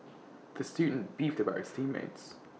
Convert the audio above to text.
the student beefed about his team mates